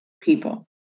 people